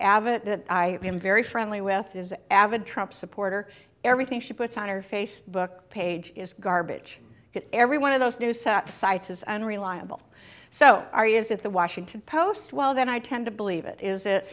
abbot i am very friendly with his avid trump supporter everything she puts on her facebook page is garbage every one of those new set sites is unreliable so are you is it the washington post well then i tend to believe it is it